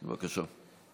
בבקשה.